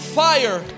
fire